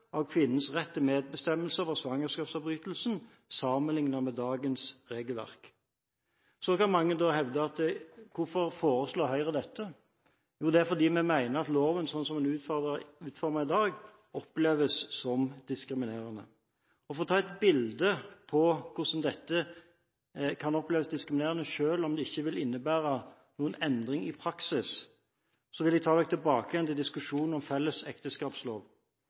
av kvinnens rett til medbestemmelse over svangerskapsavbrytelsen sammenlignet med dagens regelverk. Så kan mange da hevde: Hvorfor foreslår Høyre dette? Jo, det er fordi vi mener at loven slik som den er utformet i dag, oppleves som diskriminerende. For å ta et bilde på hvordan dette kan oppleves diskriminerende selv om det ikke vil innebære noen endring i praksis, vil jeg ta dere tilbake igjen til diskusjonen om felles ekteskapslov.